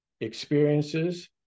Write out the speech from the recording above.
experiences